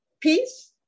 peace